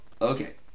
okay